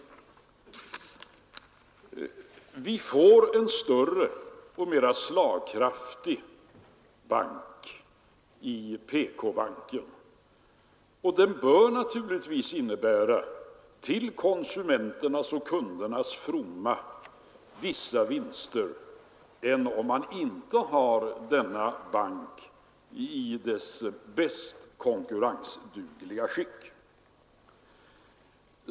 Vi får i PK-banken en större och mera slagkraftig bank. Det bör naturligtvis innebära — till konsumenternas och kundernas fromma — vissa vinster i jämförelse med om man inte har denna bank i dess mest konkurrensdugliga skick.